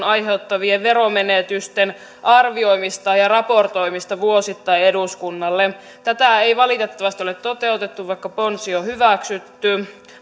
aiheuttamien veromenetysten arvioimista ja raportoimista vuosittain eduskunnalle tätä ei valitettavasti ole toteutettu vaikka ponsi on hyväksytty